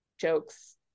jokes